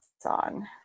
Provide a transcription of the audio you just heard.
song